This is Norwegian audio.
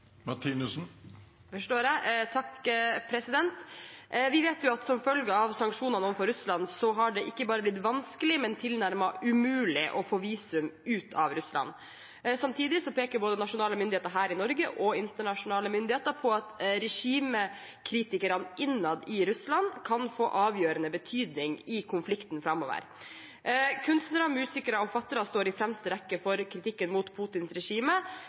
Vi vet at som følge av sanksjonene overfor Russland har det ikke bare blitt vanskelig, men tilnærmet umulig å få visum ut av Russland. Samtidig peker både nasjonale myndigheter her i Norge og internasjonale myndigheter på at regimekritikerne innad i Russland kan få avgjørende betydning i konflikten framover. Kunstnere, musikere og forfattere står i fremste rekke for kritikken mot